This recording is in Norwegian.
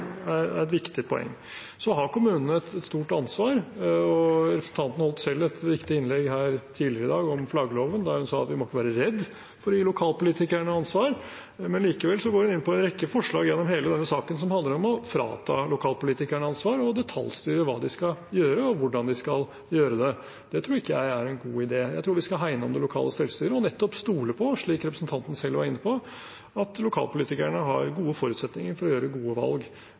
representanten holdt selv et viktig innlegg her tidligere i dag om flaggloven, der hun sa at vi ikke må være redd for å gi lokalpolitikerne ansvar. Likevel går hun inn på en rekke forslag gjennom hele denne saken som handler om å frata lokalpolitikerne ansvar, og detaljstyre hva de skal gjøre, og hvordan de skal gjøre det. Det tror ikke jeg er en god idé. Jeg tror vi skal hegne om det lokale selvstyret og nettopp stole på, slik representanten selv var inne på, at lokalpolitikerne har gode forutsetninger for å gjøre gode valg